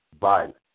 violence